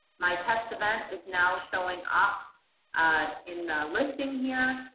my test event is now showing up in the listing here.